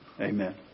Amen